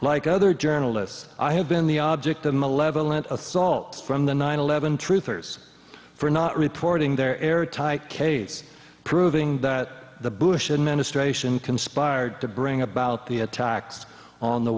like other journalists i have been the object of malevolent assaults from the nine eleven truth hers for not reporting their airtight case proving that the bush administration conspired to bring about the attacks on the